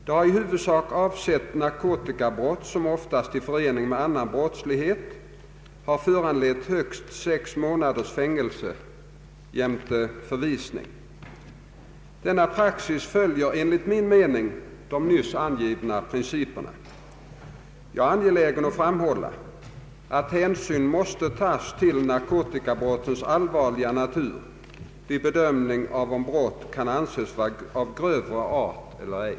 De har i huvudsak avsett narkotikabrott, som oftast i förening med annan brottslighet har föranlett högst sex månaders fängelse jämte förvisningen. Denna praxis följer enligt min mening de nyss angivna principerna. Jag är angelägen att framhålla att hänsyn tas till narkotikabrottens allvarliga natur vid bedömningen av om brott kan anses vara av grövre art eller ej.